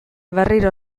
berriro